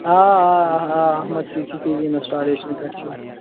آ آ آ آ آ اہن حظ سی سی ٹۍ وی انسٹالیشنہِ پٮ۪ٹھ چِھ